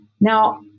Now